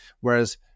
Whereas